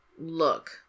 look